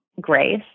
grace